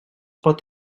pot